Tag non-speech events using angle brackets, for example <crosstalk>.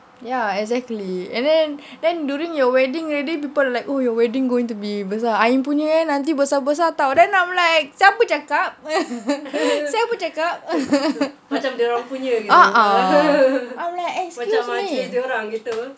ya exactly and then then during your wedding already people like oh your wedding going to be besar ain punya nanti besar-besar [tau] then I'm like siapa cakap <laughs> siapa cakap <laughs> a'ah I'm like excuse me